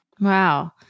Wow